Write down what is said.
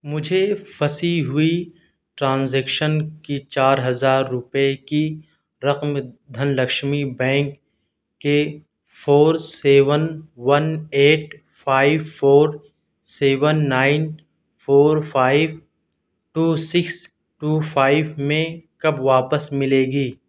مجھے پھنسی ہوئی ٹرانزیکشن کی چار ہزار روپئے کی رقم دھن لکشمی بینک کے four seven one eight five four seven nine four five two six two five میں کب واپس ملے گی